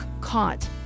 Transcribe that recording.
Caught